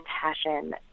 passion